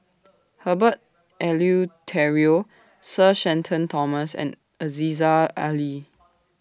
Herbert Eleuterio Sir Shenton Thomas and Aziza Ali